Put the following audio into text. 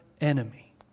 enemy